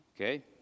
Okay